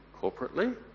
corporately